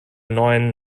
neuen